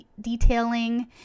detailing